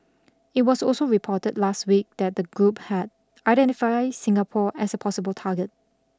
it was also reported last week that the group had identified Singapore as a possible target